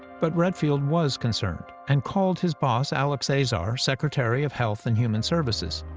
but redfield was concerned, and called his boss, alex azar, secretary of health and human services.